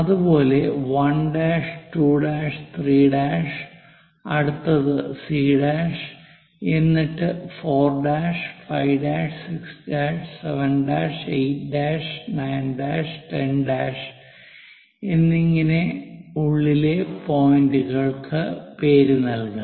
അതുപോലെ 1 ' 2' 3 ' അടുത്തത് C' C' എന്നിട്ട് 4 ' 5' 6 ' 7' 8 ' 9 10' എന്നിങ്ങനെ ഉള്ളിലെ പോയിന്റുകൾക്ക് പേര് നൽകും